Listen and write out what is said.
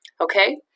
Okay